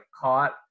caught